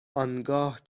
آنگاه